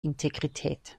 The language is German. integrität